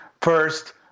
First